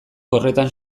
horretan